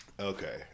Okay